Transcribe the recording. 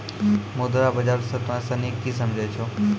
मुद्रा बाजार से तोंय सनि की समझै छौं?